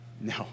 No